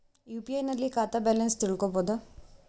UPI ನಲ್ಲಿ ಖಾತಾ balance ತಿಳಕೊ ಬಹುದಾ?